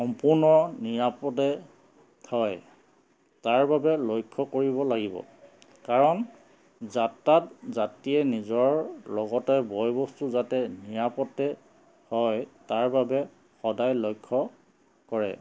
সম্পূৰ্ণ নিৰাপদে থয় তাৰ বাবে লক্ষ্য কৰিব লাগিব কাৰণ যাত্ৰাত যাত্ৰীয়ে নিজৰ লগতে বয়বস্তু যাতে নিৰাপদে হয় তাৰ বাবে সদায় লক্ষ্য কৰে